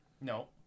No